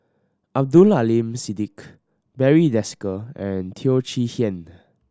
Abdul Aleem Siddique Barry Desker and Teo Chee Hean